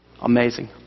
Amazing